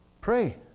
Pray